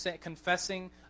confessing